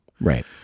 right